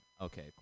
Okay